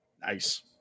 Nice